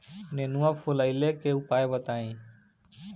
नेनुआ फुलईले के उपाय बताईं?